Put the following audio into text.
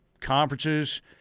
conferences